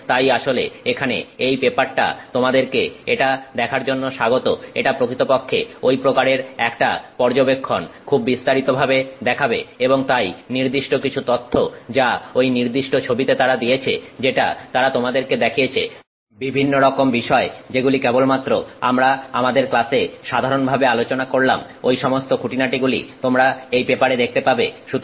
এবং তাই আসলে এখানে এই পেপার টা তোমাদেরকে এটা দেখার জন্য স্বাগত এটা প্রকৃতপক্ষে ওই প্রকারের একটা পর্যবেক্ষণ খুব বিস্তারিতভাবে দেখাবে এবং তাই নির্দিষ্ট কিছু তথ্য যা ওই নির্দিষ্ট ছবিতে তারা দিয়েছে যেটা তারা তোমাদেরকে দেখিয়েছে বিভিন্ন রকম বিষয় যেগুলি কেবলমাত্র আমরা আমাদের ক্লাসে সাধারণভাবে আলোচনা করলাম ওই সমস্ত খুঁটিনাটিগুলি তোমরা এই পেপারে দেখতে পাবে